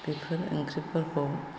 बेफोर ओंख्रिफोरखौ